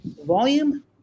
Volume